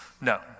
no